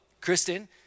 Kristen